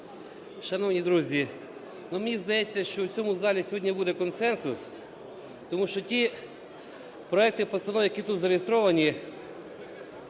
Шановні друзі, ну, мені здається, що в цьому залі сьогодні буде консенсус, тому що ті проекти постанов, які тут зареєстровані,